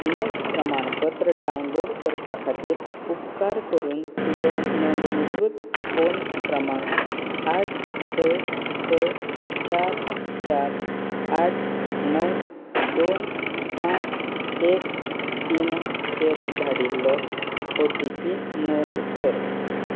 लस प्रमाणपत्र डावनलोड करपा खातीर उपकार करून तुजो नोंदणीकृत फोन क्रमांक आठ स स चार चार आठ णव दोन पांच एक तीन चेर धाडिल्लो ओ टी पी नोंद कर